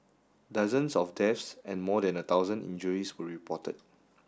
dozens of deaths and more than a thousand injuries were reported